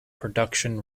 production